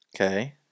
Okay